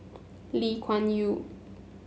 Lee Kuan Yew